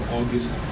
August